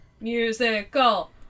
Musical